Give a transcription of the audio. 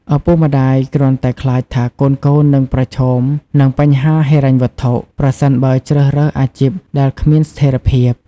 ឪពុកម្ដាយគ្រាន់តែខ្លាចថាកូនៗនឹងប្រឈមនឹងបញ្ហាហិរញ្ញវត្ថុ ប្រសិនបើជ្រើសរើសអាជីពដែលគ្មានស្ថេរភាព។